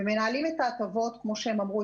ומנהלים את ההטבות כמו שהם אמרו.